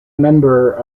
member